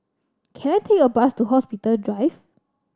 can I take a bus to Hospital Drive